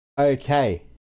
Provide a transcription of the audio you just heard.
Okay